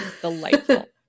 delightful